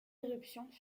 éruptions